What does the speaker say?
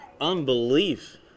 unbelief